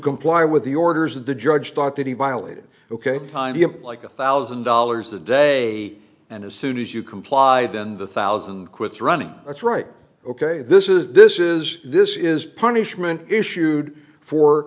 comply with the orders of the judge thought he violated ok time like a thousand dollars a day and as soon as you complied and the thousand quits running that's right ok this is this is this is punishment issued for